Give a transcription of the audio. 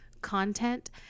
content